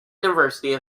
university